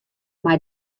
mei